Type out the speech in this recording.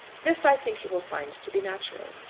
this, i think, you will find to be natural.